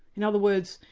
in other words,